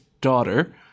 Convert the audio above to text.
daughter